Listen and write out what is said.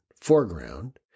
foreground